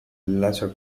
lesser